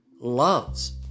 loves